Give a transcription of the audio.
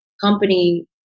company